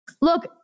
look